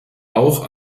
auch